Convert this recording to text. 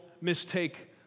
mistake